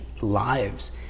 lives